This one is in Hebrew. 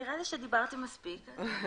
אני